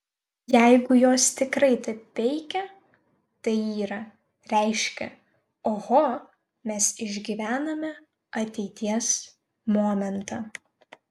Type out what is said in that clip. jeigu jos tikrai taip veikia tai yra reiškia oho mes išgyvename ateities momentą